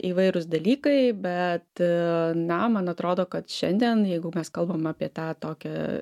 įvairūs dalykai bet na man atrodo kad šiandien jeigu mes kalbam apie tą tokią